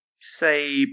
say